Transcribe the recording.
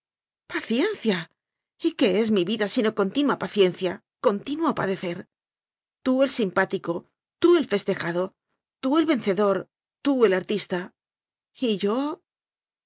y qué es mi vida sino con tinua paciencia continuo padecer tú el simpático tú el festejado tú el vencedor tú el artista y yo